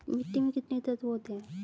मिट्टी में कितने तत्व होते हैं?